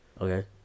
Okay